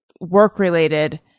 work-related